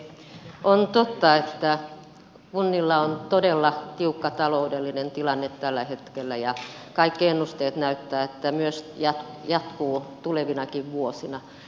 on totta että kunnilla on todella tiukka taloudellinen tilanne tällä hetkellä ja kaikki ennusteet näyttävät että näin myös jatkuu tulevinakin vuosina